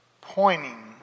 pointing